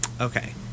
Okay